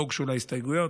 לא הוגשו לה הסתייגויות,